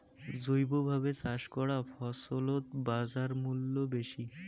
জৈবভাবে চাষ করা ফছলত বাজারমূল্য বেশি